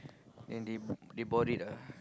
and they they bought it ah